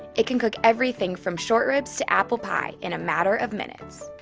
it can cook everything from short ribs to apple pie, in a matter of minutes.